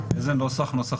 שמופץ